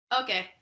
Okay